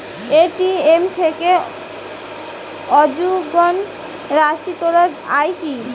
ATM থেকে অযুগ্ম রাশি তোলা য়ায় কি?